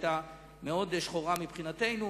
שהיתה מאוד שחורה מבחינתנו,